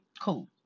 cool